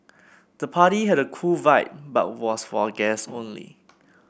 the party had a cool vibe but was for guests only